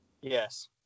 Yes